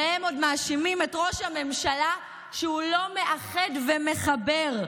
והם עוד מאשימים את ראש הממשלה שהוא לא מאחד ומחבר.